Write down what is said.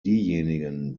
diejenigen